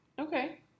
Okay